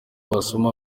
wasoma